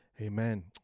amen